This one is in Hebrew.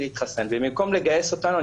להתחסן במקום לגייס אותנו,